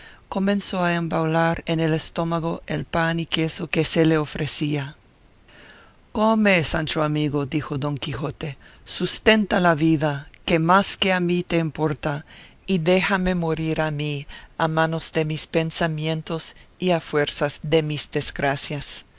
comenzó a embaular en el estómago el pan y queso que se le ofrecía come sancho amigo dijo don quijote sustenta la vida que más que a mí te importa y déjame morir a mí a manos de mis pensamientos y a fuerzas de mis desgracias